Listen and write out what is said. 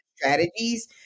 strategies